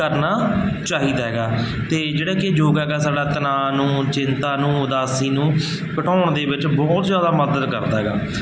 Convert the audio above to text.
ਕਰਨਾ ਚਾਹੀਦਾ ਹੈਗਾ ਅਤੇ ਜਿਹੜਾ ਕਿ ਯੋਗਾ ਹੈਗਾ ਸਾਡਾ ਤਣਾਅ ਨੂੰ ਚਿੰਤਾ ਨੂੰ ਉਦਾਸੀ ਨੂੰ ਘਟਾਉਣ ਦੇ ਵਿੱਚ ਬਹੁਤ ਜ਼ਿਆਦਾ ਮਦਦ ਕਰਦਾ ਹੈਗਾ